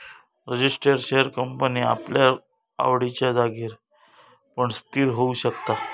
register share company आपल्या आवडिच्या जागेर पण स्थिर होऊ शकता